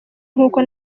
nkuko